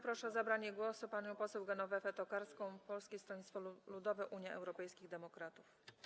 Proszę o zabranie głosu panią poseł Genowefę Tokarską, Polskie Stronnictwo Ludowe - Unia Europejskich Demokratów.